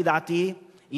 לפי דעתי,